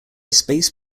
space